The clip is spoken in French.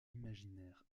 imaginaire